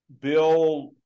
Bill